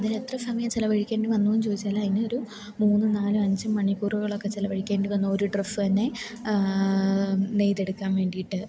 അതിനെത്ര സമയം ചിലവഴിക്കേണ്ടി വന്നു എന്ന് ചോദിച്ചാൽ അതിന് ഒരു മൂന്നും നാലും അഞ്ചും മണിക്കൂറുകളൊക്കെ ചിലവഴിക്കേണ്ടി വന്ന ഒരു ഡ്രസ്സ് തന്നെ നെയ്തെടുക്കാൻ വേണ്ടിയിട്ട്